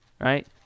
right